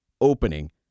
opening